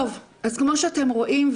אז כמו שאתם רואים,